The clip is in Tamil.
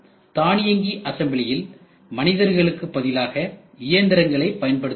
தானியங்கி அசெம்பிளியில் மனிதர்களுக்கு பதிலாக இயந்திரங்களை பயன்படுத்துகிறோம்